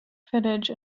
footage